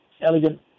elegant